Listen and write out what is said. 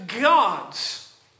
gods